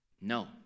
No